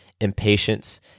impatience